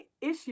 issue